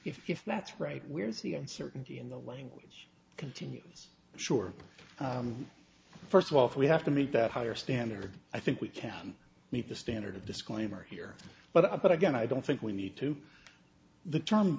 right where's the uncertainty in the language continues sure first of all if we have to meet that higher standard i think we can meet the standard disclaimer here but i but again i don't think we need to the term